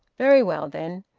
very well, then,